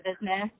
business